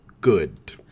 good